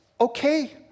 okay